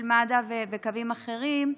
של מד"א וקווים אחרים.